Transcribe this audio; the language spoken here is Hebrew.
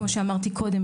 כמו שאמרתי קודם,